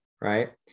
right